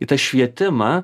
į tą švietimą